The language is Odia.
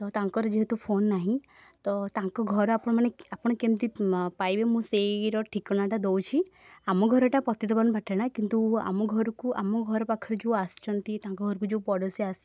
ତ ତାଙ୍କର ଯେହେତୁ ଫୋନ୍ ନାହିଁ ତ ତାଙ୍କ ଘର ଆପଣମାନେ ଆପଣ କେମିତି ପାଇବେ ମୁଁ ସେଇର ଠିକଣାଟା ଦେଉଛି ଆମ ଘରଟା ପତିତପାବନ ପାଟଣା କିନ୍ତୁ ଆମ ଘରକୁ ଆମ ଘର ପାଖରେ ଯେଉଁ ଆସିଛନ୍ତି ତାଙ୍କ ଘରକୁ ଯେଉଁ ପଡ଼ୋଶୀ ଆସ